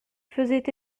faisait